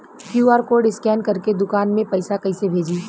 QR code scan करके दुकान में पैसा कइसे भेजी?